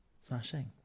Smashing